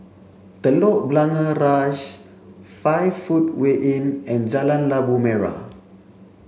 Telok Blangah Rise five footway Inn and Jalan Labu Merah